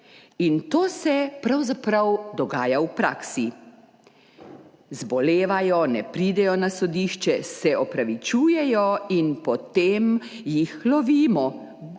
In to se pravzaprav dogaja v praksi. Zbolevajo, ne pridejo na sodišče, se opravičujejo in potem jih lovimo,